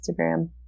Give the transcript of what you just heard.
Instagram